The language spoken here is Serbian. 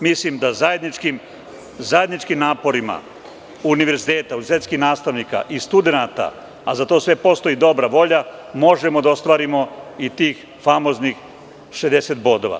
Mislim da zajedničkim naporima univerziteta, univerzitetskih nastavnika i studenata, a za to sve postoji dobra volja, možemo da ostvarimo i tih famoznih 60 bodova.